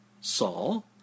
Saul